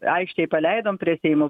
aikštėj paleidom prie seimo